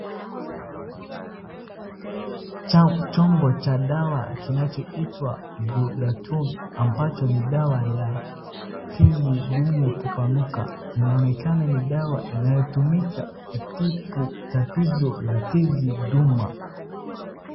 Chombo cha dawa kinachoitwa ghudatun ambacho ni dawa ya tezi duma kupanuka. Inaonekana ni dawa inayotumika kutibu tatizo la tezi duma.